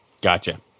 Gotcha